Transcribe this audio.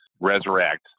resurrect